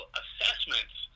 assessments